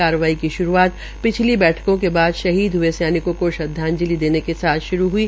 कार्रवाई की श्रूआत पिछली बैठकों के बाद शहीद हए सैनिकों को श्रद्वाजंलि देने के साथ श्रू हई